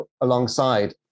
alongside